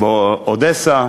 באודסה,